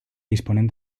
disponen